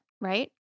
right